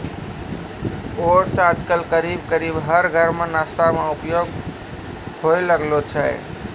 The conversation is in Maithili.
ओट्स आजकल करीब करीब हर घर मॅ नाश्ता मॅ उपयोग होय लागलो छै